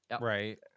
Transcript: right